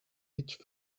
each